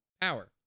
power